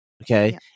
Okay